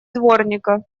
дворника